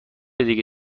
دیگه